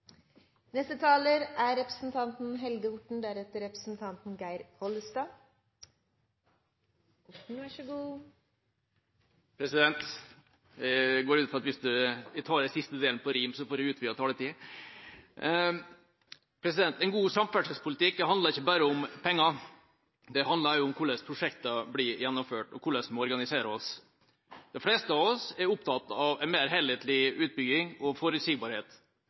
Jeg går ut fra at hvis jeg tar den siste delen på rim, får jeg utvidet taletid. En god samferdselspolitikk handler ikke bare om penger; det handler også om hvordan prosjektene blir gjennomført, og hvordan vi organiserer oss. De fleste av oss er opptatt av en mer helhetlig utbygging og forutsigbarhet,